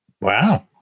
Wow